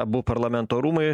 abu parlamento rūmai